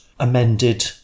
amended